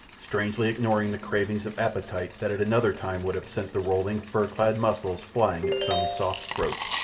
strangely ignoring the cravings of appetite that at another time would have sent the rolling, fur-clad muscles flying at some soft throat.